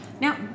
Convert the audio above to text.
now